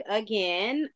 again